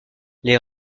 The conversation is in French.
les